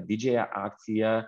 didžiąją akciją